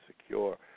secure